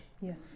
Yes